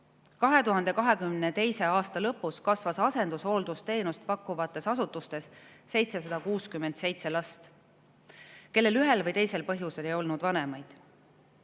2022. aasta lõpus kasvas asendushooldusteenust pakkuvates asutustes 767 last, kellel ühel või teisel põhjusel ei olnud vanemaid.